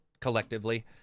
collectively